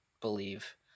believe